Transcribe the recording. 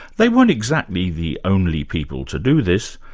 they weren't exactly the only people to do this,